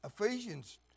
Ephesians